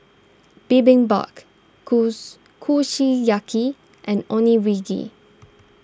Bibimbap kusu Kushiyaki and Onigiri